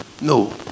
No